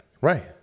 Right